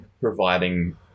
providing